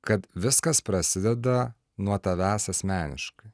kad viskas prasideda nuo tavęs asmeniškai